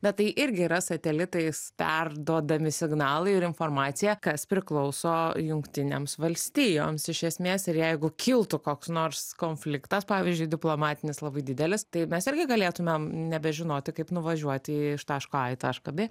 bet tai irgi yra satelitais perduodami signalai ir informacija kas priklauso jungtinėms valstijoms iš esmės ir jeigu kiltų koks nors konfliktas pavyzdžiui diplomatinis labai didelis tai mes irgi galėtumėm nebežinoti kaip nuvažiuoti iš taško a į tašką bė